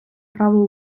право